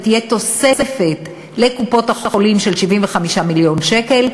ותהיה לקופות-החולים תוספת של 75 מיליון שקל,